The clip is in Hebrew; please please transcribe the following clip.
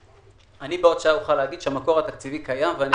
אני בעוד שעה אוכל להגיד שהמקור התקציבי קיים.